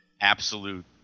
absolute